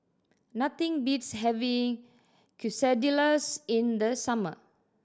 nothing beats having Quesadillas in the summer